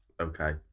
Okay